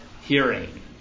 hearing